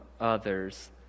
others